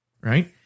right